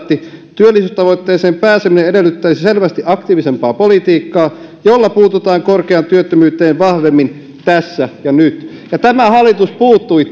työllisyystavoitteeseen pääseminen edellyttäisi selvästi aktiivisempaa politiikkaa jolla puututaan korkeaan työttömyyteen vahvemmin tässä ja nyt ja tämä hallitus puuttui